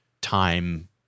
time